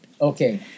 okay